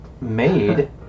made